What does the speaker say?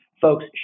folks